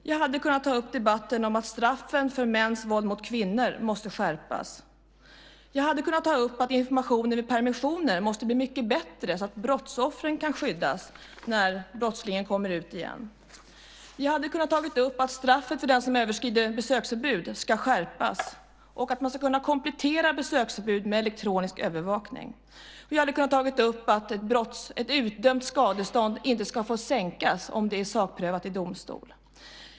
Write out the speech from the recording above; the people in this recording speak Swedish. Jag hade kunnat ta upp debatten om att straffen för mäns våld mot kvinnor måste skärpas. Jag hade kunnat ta upp att informationen vid permissioner måste bli mycket bättre så att brottsoffren kan skyddas när brottslingen kommer ut igen. Jag hade kunnat ta upp att straffet för den som överträder ett besöksförbud ska skärpas och att man ska kunna komplettera besöksförbud med elektronisk övervakning. Och jag hade kunnat ta upp att ett utdömt skadestånd inte ska få sänkas om det är sakprövat i domstol.